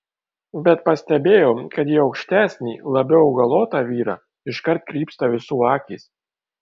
bet pastebėjau kad į aukštesnį labiau augalotą vyrą iškart krypsta visų akys